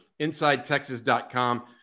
InsideTexas.com